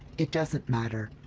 it doesn't matter.